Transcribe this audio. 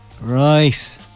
right